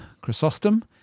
Chrysostom